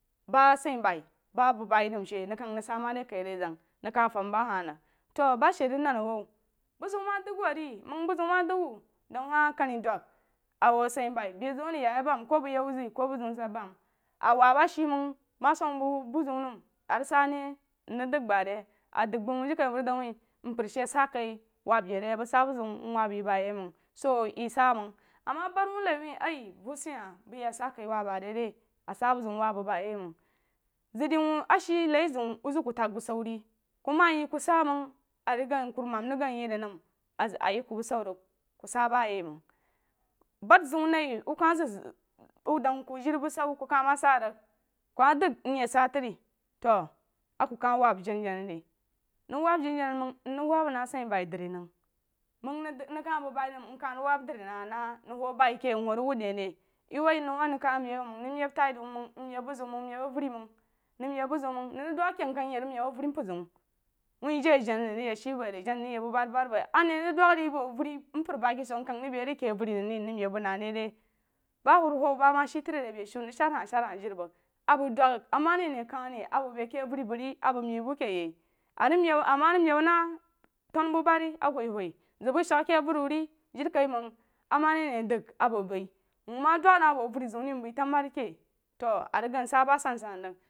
Ba sai bai ba bəg bai nəm she nən kəg rig sa mari kai rai zag nəg ka fum ba ahah rig to ba shi rig nan a wout bu zeun ma dəg wou re məng bu zeun ma dəng wou dau nahi kani dwag a wou a sah bai bezeun rig ya ye məng ku bəg yek wou zag ku buzeun ku bu dan mən a wab ashe məng ma sum məng bəg bu bəg bu zeun nam a rig sa mei nrig dəg ba re a dəg bəg bəng jirikaiməng bu rig dəng hahi mpər shi sa kai wob yeh re a sa bu zeun mwob ye wəng so yi sa məng ama ban wuu hai wuh ayi bu sei hah bei a sa kan wob ba re ri ssa bu zeun ba yi məng zan de wuu ash nai zeun wuh zəg ku laig bashu re ku yi ku sa məng a rig gang kurumam rig gang keh rig nəm a zəg a grig agang heh ku bushu rig ku sa ba yeh məng ban zeun nai wou ka zəg wou dəg ku jiri busha ku kah ma sa rig ku ma dəg nye sa tri to a ku kah buob janajana rig nəg wob janajana məng mrig wob dri məg hahi na nah wu baí ke mwu rig wan a ne re yi woi nou a nag ka rig meb məg nəg meb tai nou nmeb buzeun məng nmed avərí məng nmeb buzeun nəng nəg rig dag ké mkag ye re meb avəri mpər zeun wuh jei jana nag rig yek she bu ye jana nəg bubaribari bo yai a ne rig dau re a bu avəu mpər ba ke so mkag beí re ake avəri nag re mkag kag rig nei re a avəri nag nrig meb bu na re ri ba wuruwa ba ma she tri re beshu mrig sed sah sed jire bəg a bəg dau nma re ane kan rea bəg bei ke avəri bəg re a bəg meí bu keyoī a rig meb ama rig meb na tambubari a wuhwuh zəg bai səg ke avəri wu re jirikaiməng ama re a ne dəg a bu bəi wuu ma dou na bo avəri zeun re mbəi tanbubarkake to a rəgang sah ba sansan rig.